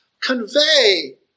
convey